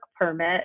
permit